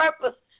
purpose